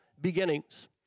beginnings